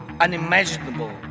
unimaginable